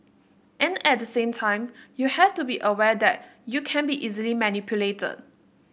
and at the same time you have to be aware that you can be easily manipulated